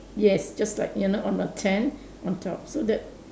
yes just like you know on the tent on top so the